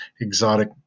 exotic